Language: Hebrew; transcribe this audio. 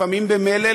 לפעמים במלל,